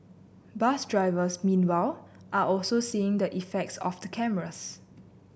bus drivers meanwhile are also seeing the effects of the cameras